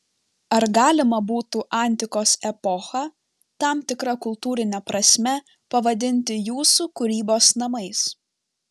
ar galima būtų antikos epochą tam tikra kultūrine prasme pavadinti jūsų kūrybos namais